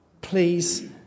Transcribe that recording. please